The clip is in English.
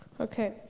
Okay